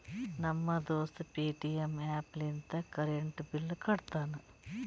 ನಮ್ ದೋಸ್ತ Paytm app ಲಿಂತೆ ಕರೆಂಟ್ ಬಿಲ್ ಕಟ್ಟತಾನ್